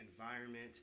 environment